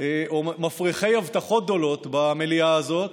ומפריחי הבטחות גדולות במליאה הזאת,